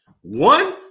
One